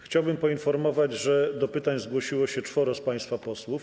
Chciałbym poinformować, że do pytań zgłosiło się czworo z państwa posłów.